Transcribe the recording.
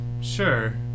sure